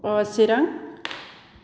चिरां